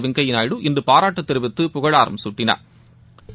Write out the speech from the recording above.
வெங்கய்யா நாயுடு இன்று பாராட்டு தெரிவித்து புகழாராம் சூட்டினாா்